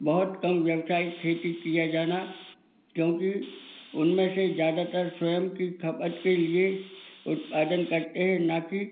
बहुत कम व्यावसायिक खेती किया जाना क्योंकि उनमें से ज़्यादातर स्वयं की खपत के लिए उत्पादन करते है ना कि